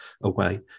away